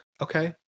okay